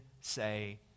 say